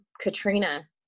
Katrina